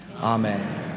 Amen